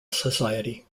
society